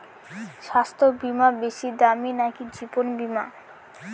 স্বাস্থ্য বীমা বেশী দামী নাকি জীবন বীমা?